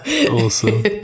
awesome